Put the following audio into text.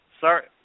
sorry